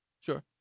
Sure